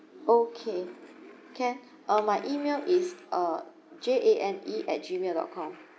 okay can uh my email is uh J A N E at gmail dot com